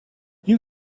you